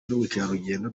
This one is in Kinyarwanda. n’ubukerarugendo